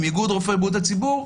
איגוד רופאי בריאות הציבור.